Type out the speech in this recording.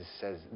says